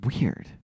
Weird